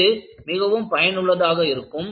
இது மிகவும் பயனுள்ளதாக இருக்கும்